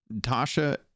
Tasha